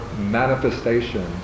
manifestation